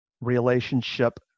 relationship